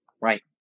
Right